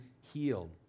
healed